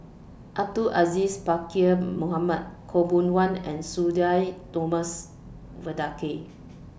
Abdul Aziz Pakkeer Mohamed Khaw Boon Wan and Sudhir Thomas Vadaketh